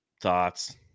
Thoughts